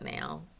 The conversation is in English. now